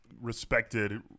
respected